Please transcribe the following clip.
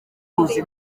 ruzi